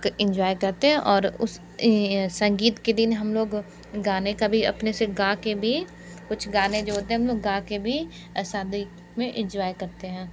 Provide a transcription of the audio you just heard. enjoy करते हैं और उस संगीत के दिन हम लोग गाने का भी अपने से गाकर भी कुछ गाने जो होते हैं उनमें गाकर भी शादी में एंजॉय करते हैं